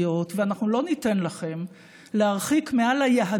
ואנחנו יודעים גם על התהליך